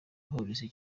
polisi